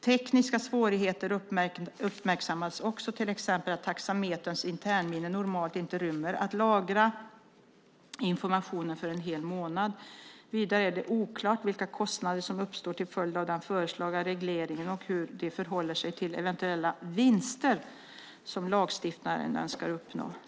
Tekniska svårigheter uppmärksammades också, till exempel att taxameterns internminne normalt inte rymmer lagrad information för en hel månad. Vidare är det oklart vilka kostnader som uppstår till följd av den föreslagna regleringen och hur de förhåller sig till eventuella vinster som lagstiftaren önskar uppnå.